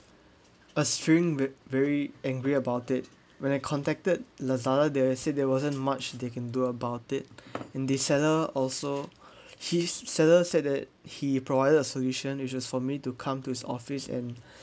with very angry about it when I contacted Lazada they were said they wasn't much they can do about it in the seller also his sellers said that he provided a solution which is for me to come to his office and